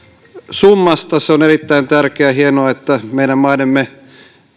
summasta se on erittäin tärkeä hienoa että meidän maidemme